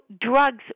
drugs